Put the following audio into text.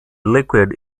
liquid